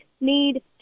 need